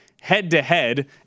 head-to-head